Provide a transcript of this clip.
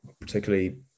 particularly